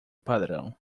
padrão